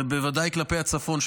ובוודאי כלפי הצפון,